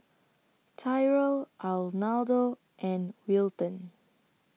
Tyrel Arnoldo and Wilton